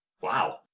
Wow